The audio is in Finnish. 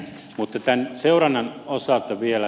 mutta tämän seurannan osalta vielä